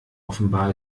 offenbar